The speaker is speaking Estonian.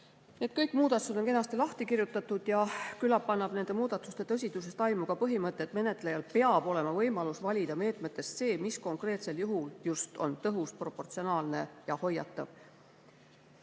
need muudatused on kenasti lahti kirjutatud. Küllap annab nende muudatuste tõsidusest aimu ka põhimõte, et menetlejal peab olema võimalus valida meetmetest see, mis just konkreetsel juhul on tõhus, proportsionaalne ja hoiatav.